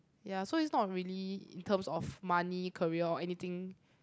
ya so it's not really in terms of money career or anything